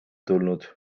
tulnud